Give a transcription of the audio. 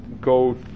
go